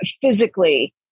physically